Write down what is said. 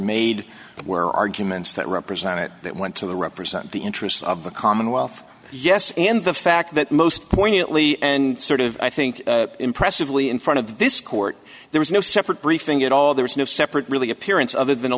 made were arguments that represented that went to the represent the interests of the commonwealth yes and the fact that most poignantly and sort of i think impressively in front of this court there was no separate briefing at all there was no separate really appearance other than a